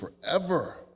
forever